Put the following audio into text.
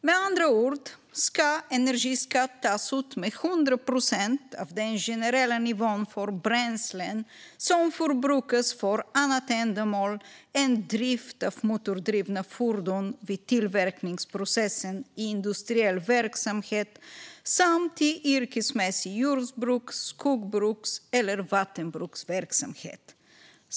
Med andra ord ska energiskatt tas ut med 100 procent av den generella nivån för bränslen som förbrukas för annat ändamål än drift av motordrivna fordon vid tillverkningsprocessen i industriell verksamhet samt i yrkesmässig jordbruks-, skogsbruks eller vattenbruksverksamhet.